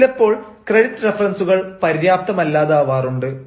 ചിലപ്പോൾ ക്രെഡിറ്റ് റഫറൻസുകൾ പര്യാപ്തമല്ലാതാവാറുണ്ട്